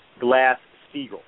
Glass-Steagall